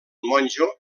monjo